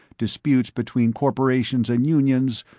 disputes between corporations and unions,